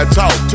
talk